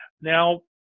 Now